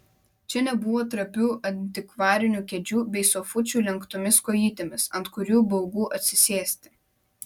čia nebuvo trapių antikvarinių kėdžių bei sofučių lenktomis kojytėmis ant kurių baugu atsisėsti